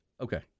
okay